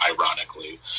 ironically